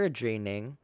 draining